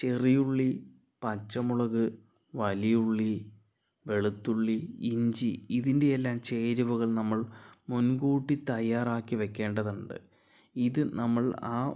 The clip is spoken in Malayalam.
ചെറിയുള്ളി പച്ചമുളക് വലിയുള്ളി വെളുത്തുള്ളി ഇഞ്ചി ഇതിൻ്റെയെല്ലാം ചേരുവകൾ നമ്മൾ മുൻകൂട്ടി തയ്യാറാക്കി വെക്കേണ്ടതുണ്ട് ഇത് നമ്മൾ ആ